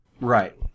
Right